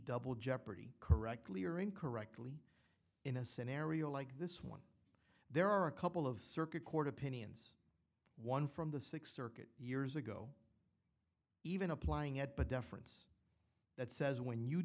double jeopardy correctly or incorrectly in a scenario like this one there are a couple of circuit court opinions one from the six circuit years ago even applying it but deference that says when you